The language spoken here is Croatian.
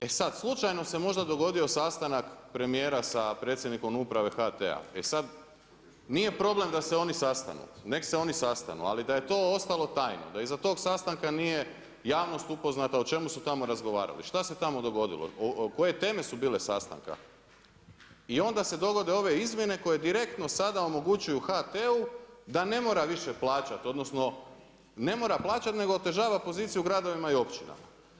E sada slučajno se možda dogodio sastanak premijera sa predsjednikom uprave HT-a, e sada nije problem da se oni sastanu, nek se oni sastanu, ali da je to ostalo tajno, da iza tog sastanka javnost nije upoznate o čemu su tamo razgovarali, šta se tamo dogodilo, koje teme su bile sastanka i onda se dogode ove izmjene koje direktno sada omogućuju HT-u da ne mora više plaćati odnosno ne mora plaćati nego otežava poziciju gradovima i općinama.